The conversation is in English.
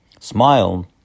Smile